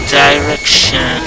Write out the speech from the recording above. direction